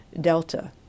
Delta